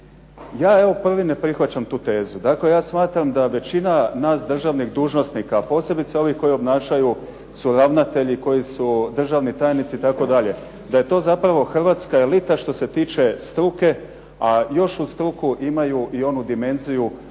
Ja evo prvi ne prihvaćam tu tezu. Dakle, ja smatram da većina nas državnih dužnosnika, a posebice ovi koji obnašaju su ravnatelji koji su državni tajnici itd., da je to zapravo hrvatska elita što se tiče struke, a još uz struku imaju i onu dimenziju